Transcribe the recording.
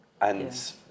And-